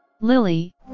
Lily